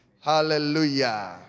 Hallelujah